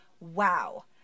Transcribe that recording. Wow